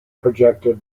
projected